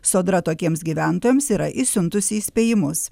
sodra tokiems gyventojams yra išsiuntusi įspėjimus